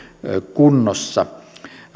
kunnossa